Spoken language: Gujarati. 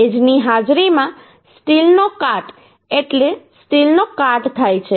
ભેજની હાજરીમાં સ્ટીલનો કાટ એટલે સ્ટીલનો કાટ થાય છે